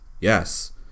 Yes